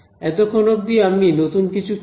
এতক্ষন অব্দি আমি নতুন কিছু করিনি